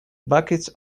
buckets